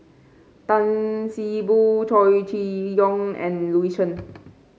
Tan See Boo Chow Chee Yong and Louis Chen